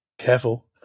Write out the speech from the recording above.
careful